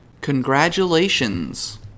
Congratulations